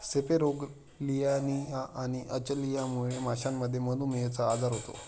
सेपेरोगेलियानिया आणि अचलियामुळे माशांमध्ये मधुमेहचा आजार होतो